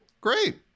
Great